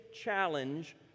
challenge